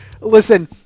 listen